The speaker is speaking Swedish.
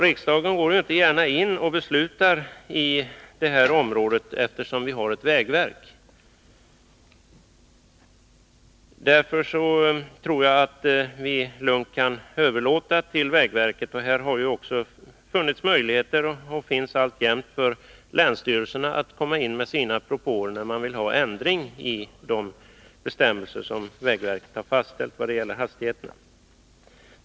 Riksdagen går inte gärna in och beslutar på det här området, eftersom vi har ett vägverk. Jag tror att vi lugnt kan överlåta till vägverket att handha dessa frågor. Det finns också möjligheter för länsstyrelserna att komma in med sina propåer när de vill ha ändring i de bestämmelser som vägverket har fastställt vad gäller hastigheterna.